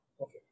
Okay